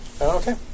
Okay